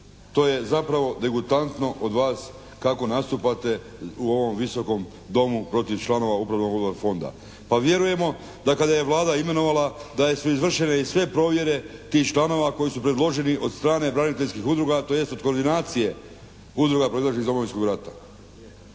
To je zapravo degutantno od vas kako nastupate u ovom Visokom domu protiv članova Upravnog odbora Fonda, pa vjerujemo da kada je Vlada imenovala da su izvršene i sve provjere tih članova koji su predložili od strane braniteljskih udruga, tj. od koordinacije udruga proizašlih iz Domovinskog rata